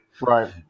Right